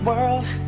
world